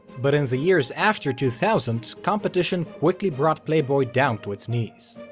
but in the years after two thousand, competition quickly brought playboy down to its knees.